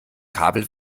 kabel